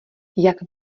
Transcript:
jak